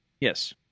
Yes